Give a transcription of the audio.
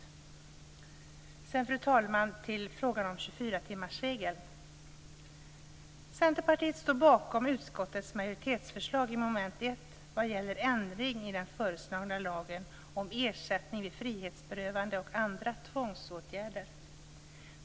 Sedan, fru talman, övergår jag till frågan om 24 Centerpartiet står bakom utskottets majoritetsförslag i mom. 1 vad gäller ändring i den föreslagna lagen om ersättning vid frihetsberövande och andra tvångsåtgärder.